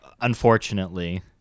unfortunately